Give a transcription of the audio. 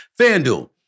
FanDuel